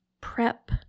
prep